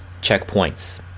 checkpoints